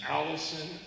Allison